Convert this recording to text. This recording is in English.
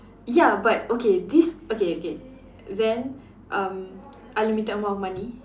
ya but okay this okay okay then um unlimited amount of money